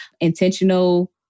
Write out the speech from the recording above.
intentional